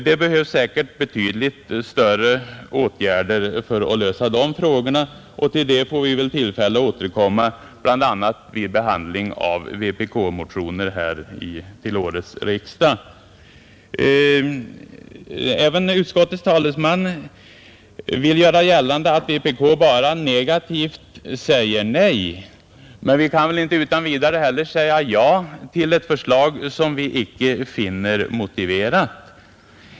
Det behövs säkert betydligt större åtgärder för att lösa de frågorna, Till det får vi väl tillfälle återkomma, bl.a. vid 49 Även utskottets talesman vill göra gällande att vpk bara negativt säger nej. Men vi kan inte heller utan vidare säga ja till ett förslag som vi inte finner motiverat.